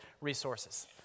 resources